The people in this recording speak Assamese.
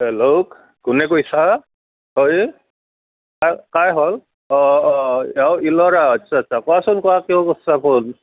হেল্ল' কোনে কৈছা হয় কাৰ কাৰ হ'ল অঁ অঁ ইলোৰা আচ্ছা আচ্ছা কোৱাচোন কোৱা কি কৰিছা ফোন